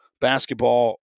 basketball